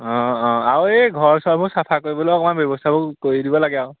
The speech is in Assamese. অঁ অঁ আৰু এই ঘৰ চৰবোৰ চাফা কৰিবলৈও অকণমান ব্যৱস্থাবোৰ কৰি দিব লাগে আও